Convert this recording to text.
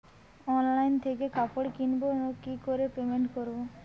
Online থেকে কাপড় কিনবো কি করে পেমেন্ট করবো?